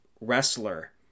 wrestler